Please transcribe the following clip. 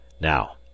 now